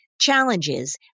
challenges